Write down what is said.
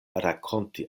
rakonti